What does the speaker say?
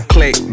Click